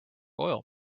oil